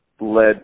led